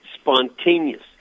spontaneous